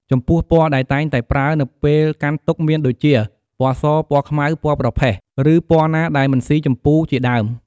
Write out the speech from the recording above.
ចំំពោះពណ៌ដែលតែងតែប្រើនៅពេលកាន់ទុក្ខមានដូចជា ពណ៍ស ពណ៍ខ្មៅ ពណ៍ប្រផេះ ឬពណ៍ណាដែលមិនស៊ីជំពូជាដើម។